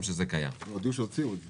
שזה קיים --- לנו הודיעו שהוציאו את זה